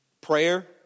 Prayer